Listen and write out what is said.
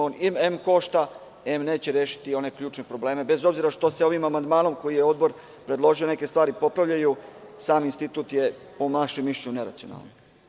On em košta em neće rešiti ključne probleme, bez obzira što se ovim amandmanom koji je odbor predložio neke stvari popravljaju, sam institut je po našem mišljenju neracionalan.